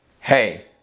hey